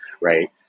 right